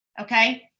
Okay